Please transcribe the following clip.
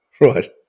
Right